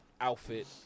outfit